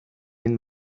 این